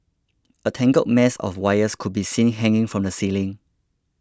a tangled mess of wires could be seen hanging from the ceiling